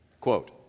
Quote